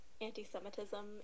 anti-Semitism